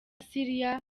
syria